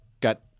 got